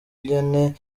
nyene